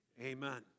Amen